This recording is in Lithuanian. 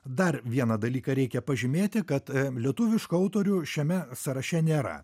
dar vieną dalyką reikia pažymėti kad lietuviškų autorių šiame sąraše nėra